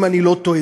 אם אני לא טועה,